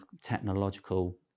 technological